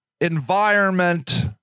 environment